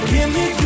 Gimme